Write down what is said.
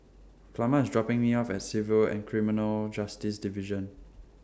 Plummer IS dropping Me off At Civil and Criminal Justice Division